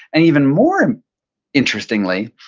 and even more interestingly,